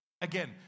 again